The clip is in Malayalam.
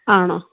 ആണോ